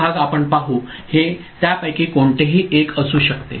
तो भाग आपण पाहु हे त्यापैकी कोणतेही एक असू शकते